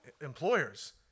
employers